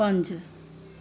ਪੰਜ